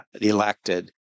elected